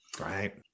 Right